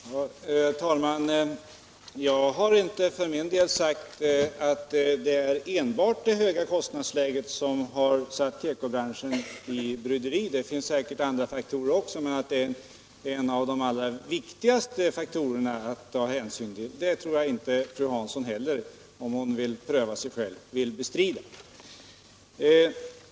Herr talman! Jag har inte sagt att det enbart är det höga kostnadsläget som har satt tekobranschen i bryderi. Det finns säkert andra faktorer också. Men att kostnadsläget är en av de viktigaste faktorerna det tror jag inte heller fru Hansson vill bestrida, om hon prövar sig själv.